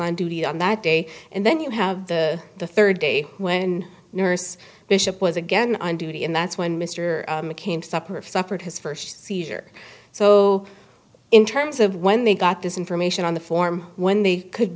on duty on that day and then you have the the third day when nurse bishop was again on duty and that's when mr mccain supper of suffered his first seizure so in terms of when they got this information on the form when they could